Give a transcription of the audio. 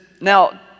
now